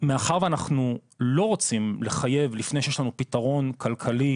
מאחר ואנחנו לא רוצים לחייב לפני שיש לנו פתרון כלכלי